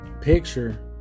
picture